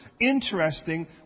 Interesting